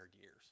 years